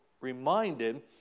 reminded